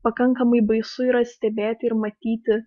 pakankamai baisu yra stebėti ir matyti